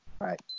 Right